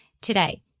today